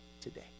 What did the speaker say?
today